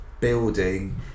building